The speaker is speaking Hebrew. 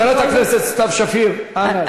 חברת הכנסת סתיו שפיר, אנא.